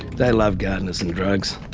they love gardeners and drugs.